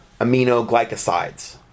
aminoglycosides